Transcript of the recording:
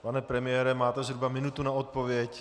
Pane premiére, máte zhruba minutu na odpověď.